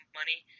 money